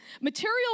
Material